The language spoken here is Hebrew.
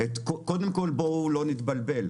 קודם כל, בואו לא נתבלבל.